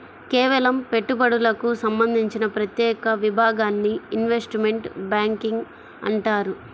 కేవలం పెట్టుబడులకు సంబంధించిన ప్రత్యేక విభాగాన్ని ఇన్వెస్ట్మెంట్ బ్యేంకింగ్ అంటారు